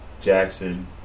Jackson